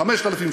5000,